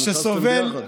ישבתם ביחד,